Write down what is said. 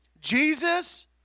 Jesus